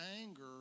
anger